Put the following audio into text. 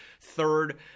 third